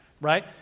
right